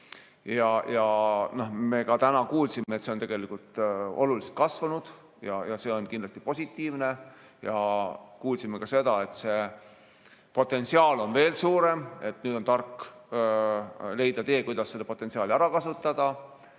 Täna me kuulsime, et see baas on oluliselt kasvanud, ja see on kindlasti positiivne. Kuulsime ka seda, et potentsiaal on veel suurem ja nüüd on tark leida tee, kuidas seda potentsiaali ära kasutada.